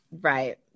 Right